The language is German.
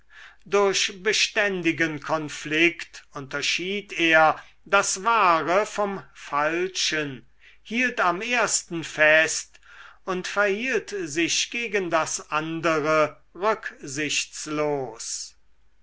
durch beständigen konflikt unterschied er das wahre vom falschen hielt am ersten fest und verhielt sich gegen das andere